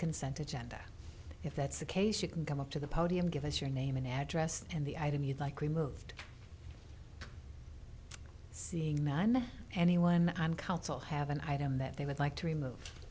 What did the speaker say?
consent agenda if that's the case you can come up to the podium give us your name and address and the item you'd like removed seeing man anyone on council have an item that they would like to remove